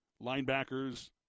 linebackers